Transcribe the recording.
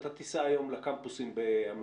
אתה תיסע היום לקמפוסים באמריקה,